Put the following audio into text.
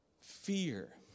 Fear